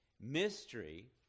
mystery